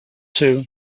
two